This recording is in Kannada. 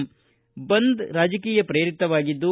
ಭಾರತ್ ಬಂದ್ ರಾಜಕೀಯ ಪ್ರೇರಿತವಾಗಿದ್ದು